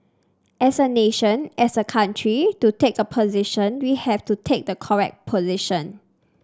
as a nation as a country to take a position we have to take the correct position